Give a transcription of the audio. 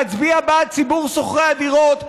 להצביע בעד ציבור שוכרי הדירות,